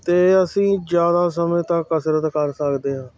ਅਤੇ ਅਸੀਂ ਜ਼ਿਆਦਾ ਸਮੇਂ ਤੱਕ ਕਸਰਤ ਕਰ ਸਕਦੇ ਹਾਂ